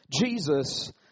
Jesus